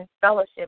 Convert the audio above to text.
fellowship